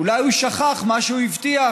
אולי הוא שכח מה שהוא הבטיח.